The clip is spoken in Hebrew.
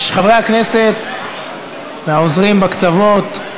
חברי הכנסת, העוזרים בקצוות,